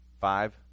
Five